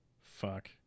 fuck